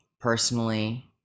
personally